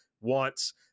wants